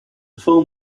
film